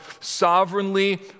sovereignly